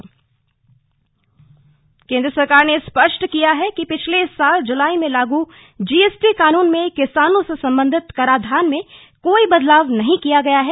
GST केंद्र सरकार ने स्पष्ट किया है कि पिछले साल जुलाई में लागू जीएसटी कानून में किसानों से संबंधित कराधान में कोई बदलाव नहीं किया गया है